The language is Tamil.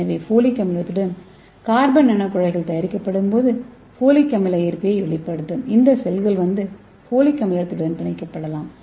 எனவே ஃபோலிக் அமிலத்துடன் கார்பன் நானோகுழாய்கள் தயாரிக்கப்படும் போது ஃபோலிக் அமில ஏற்பியை வெளிப்படுத்தும் இந்த செல்கள் வந்து ஃபோலிக் அமிலத்துடன் பிணைக்கப்படலாம்